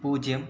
പൂജ്യം